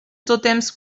totems